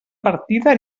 partida